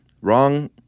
wrong